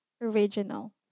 original